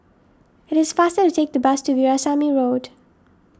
it is faster to take the bus to Veerasamy Road